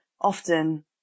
often